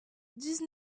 dix